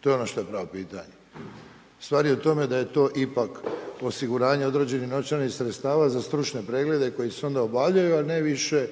To je ono što je pravo pitanje. Stvar je u tome da je to ipak osiguranje određenih novčanih sredstava za stručne preglede koji se onda obavljaju, a ne više